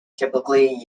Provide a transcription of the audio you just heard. typically